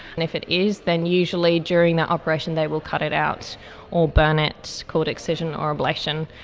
and if it is, then usually during that operation they will cut it out or burn it, called excision or ablation,